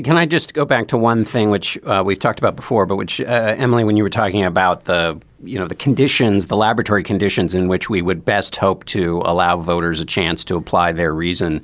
can i just go back to one thing which we've talked about before but which emily when you were talking about the you know the conditions the laboratory conditions in which we would best hope to allow voters a chance to apply their reason